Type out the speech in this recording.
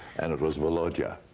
and it was meloja,